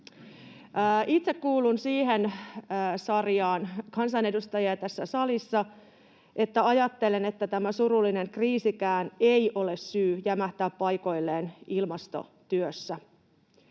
Itse kuulun siihen sarjaan kansanedustajia tässä salissa, että ajattelen, että tämä surullinen kriisikään ei ole syy jämähtää paikoilleen ilmastotyössä.